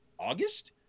August